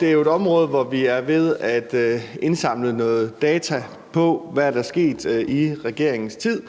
Det er jo et område, hvor vi er ved at indsamle noget data på, hvad der er sket i regeringens tid,